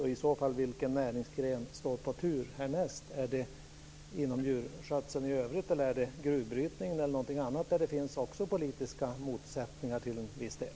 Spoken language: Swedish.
Vilken näringsgren skulle i så fall stå på tur härnäst? Är det djurskötseln i övrigt, är det gruvbrytningen eller någonting annat där det också finns politiska motsättningar till viss del?